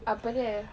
apa dia